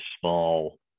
small